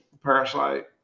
parasite